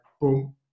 boom